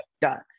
done